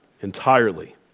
entirely